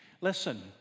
Listen